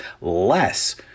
less